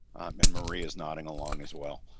and maria is nodding along as well.